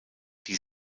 die